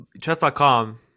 chess.com